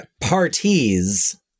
parties